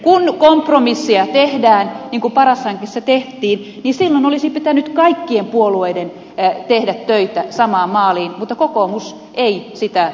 kun kompromisseja tehdään niin kuin paras hankkeessa tehtiin niin silloin pitäisi kaikkien puolueiden tehdä töitä samaan maaliin mutta kokoomus ei sitä halunnut